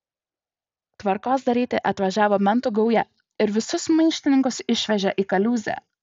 tvarkos daryti atvažiavo mentų gauja ir visus maištininkus išvežė į kaliūzę